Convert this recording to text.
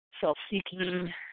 self-seeking